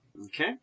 Okay